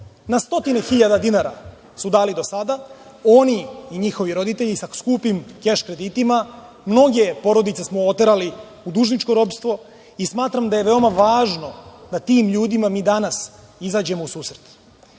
Na stotine hiljada dinara su dali do sada, oni i njihovi roditelji, sa skupim keš kreditima. Mnoge porodice smo oterali u dužničko ropstvo i smatram da je veoma važno da tim ljudima mi danas izađemo u